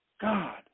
God